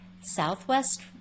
Southwest